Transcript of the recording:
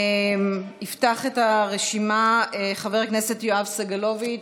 יפתח את הרשימה חבר הכנסת יואב סגלוביץ'.